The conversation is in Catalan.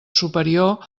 superior